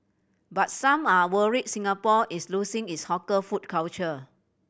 but some are worried Singapore is losing its hawker food culture